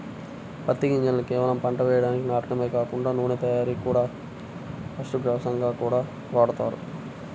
పత్తి గింజలను కేవలం పంట వేయడానికి నాటడమే కాకుండా నూనెను తియ్యడానికి, పశుగ్రాసంగా గూడా ఉపయోగిత్తన్నారు